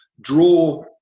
draw